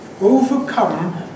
overcome